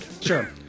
Sure